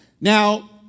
now